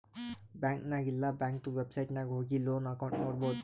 bank ನಾಗ್ ಇಲ್ಲಾ ಬ್ಯಾಂಕ್ದು ವೆಬ್ಸೈಟ್ ನಾಗ್ ಹೋಗಿ ಲೋನ್ ಅಕೌಂಟ್ ನೋಡ್ಬೋದು